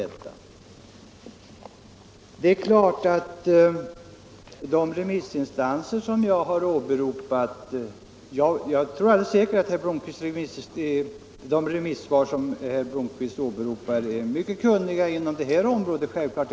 Jag tror visst att de remissinstanser herr Blomkvist åberopar är mycket kunniga inom det här området — det är självklart.